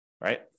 right